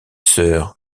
sœur